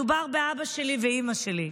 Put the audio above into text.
מדובר באבא שלי ובאימא שלי.